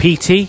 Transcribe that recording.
PT